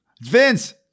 Vince